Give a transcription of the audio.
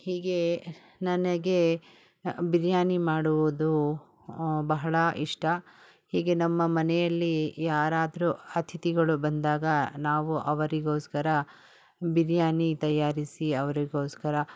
ಹೀಗೆ ನನಗೆ ಬಿರಿಯಾನಿ ಮಾಡುವುದು ಬಹಳ ಇಷ್ಟ ಹೀಗೆ ನಮ್ಮ ಮನೆಯಲ್ಲಿ ಯಾರಾದರೂ ಅತಿಥಿಗಳು ಬಂದಾಗ ನಾವು ಅವರಿಗೋಸ್ಕರ ಬಿರಿಯಾನಿ ತಯಾರಿಸಿ ಅವರಿಗೋಸ್ಕರ